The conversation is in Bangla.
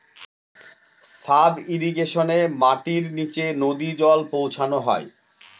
সাব ইর্রিগেশনে মাটির নীচে নদী জল পৌঁছানো হয়